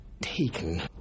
Taken